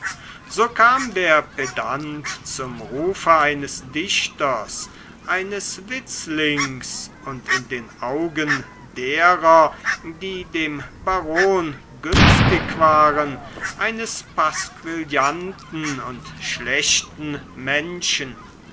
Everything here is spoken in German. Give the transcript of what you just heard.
so kam der pedant zum rufe eines dichters eines witzlings und in den augen derer die dem baron günstig waren eines pasquillanten und schlechten menschen